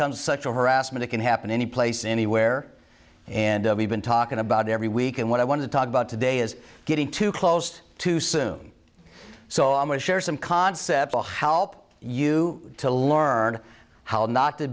comes such a harassment it can happen any place anywhere and we've been talking about every week and what i want to talk about today is getting too close too soon so i'm going to share some concepts will help you to learn how not to